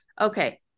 okay